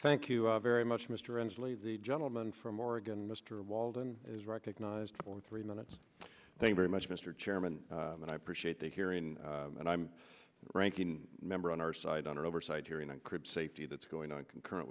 thank you very much mr ensley the gentleman from oregon mr walden is recognized for three minutes thanks very much mr chairman and i appreciate the hearing and i'm ranking member on our side on our oversight hearing on crip safety that's going on concurrent